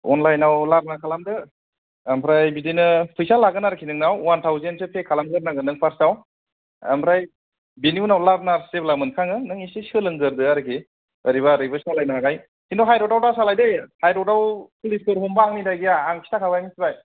अनलाइनाव लारनार खालामदो ओमफ्राय बिदिनो फैसा लागोन आरोखि नोंनाव अवान थावजेनसो पे खालामगोरनांगोन नों फार्स्टाव ओमफ्राय बिनि उनाव लारनार्स जेब्ला मोनखाङो नों ऐसे सोलोंगोरदो आरोखि ओरैबा ओरैबो सालायनो हानाय खिन्थु हाइर'दाव दा सालाय दे हाइर'दाव पुलिसफोर हमबा आंनि दाय गैया आं खिथाखाबाय मिथिबाय